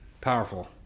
Powerful